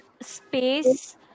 space